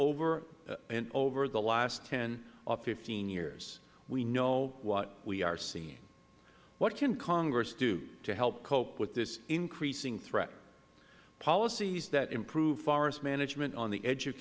over and over the last ten or fifteen years we know what we are seeing what can congress do to help cope with this increasing threat policies that improve forest management on the edge of